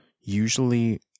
usually